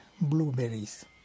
blueberries